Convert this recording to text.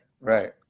right